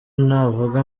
navuga